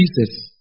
Jesus